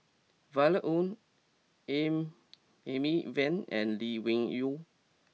Violet Oon Amy Van and Lee Wung Yew